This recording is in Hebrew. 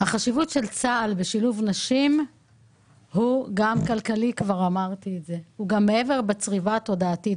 החשיבות של צה"ל בשילוב נשים הוא גם כלכלי וגם מעבר - בצריבה התודעתית.